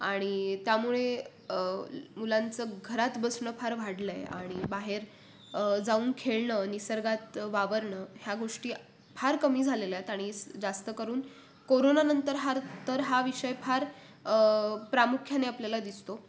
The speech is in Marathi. आणि त्यामुळे मुलांचं घरात बसणं फार वाढलं आहे आणि बाहेर जाऊन खेळणं निसर्गात वावरणं ह्या गोष्टी फार कमी झालेल्या आहेत आणि जास्त करून कोरोनानंतर हा तर हा विषय फार प्रामुख्याने आपल्याला दिसतो